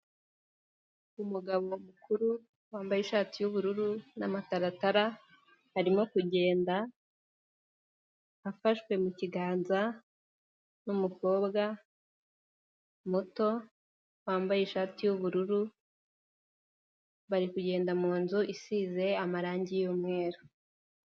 Umugabo mukuru wambaye ishati y'ubururu n'amataratara, arimo kugenda afashwe mu kiganza n'umukobwa muto wambaye ishati y'ubururu, bari kugenda mu nzu isize amarangi y'umweru.